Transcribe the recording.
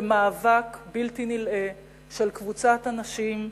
ומאבק בלתי נלאה של קבוצת אנשים,